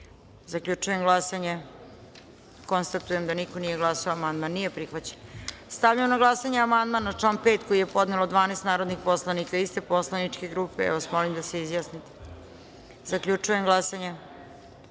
Srbije. Zaključujem glasanje i konstatujem da niko nije glasao. Amandman nije prihvaćen. Stavljam na glasanje amandman na član 6. koji je podnelo 12 narodnih poslanika iste poslaničke grupe. Molim vas da se izjasnimo. Zaključujem glasanje